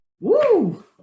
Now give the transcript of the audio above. Woo